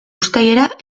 uztailera